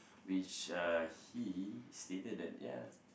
which uh he stated that ya